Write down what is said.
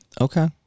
Okay